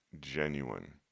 genuine